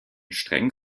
streng